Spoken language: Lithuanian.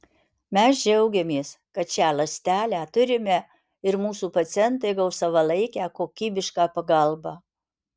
mes džiaugiamės kad šią ląstelę turime ir mūsų pacientai gaus savalaikę kokybišką pagalbą